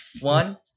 one